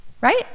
right